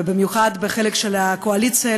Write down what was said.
ובמיוחד בחלק של הקואליציה,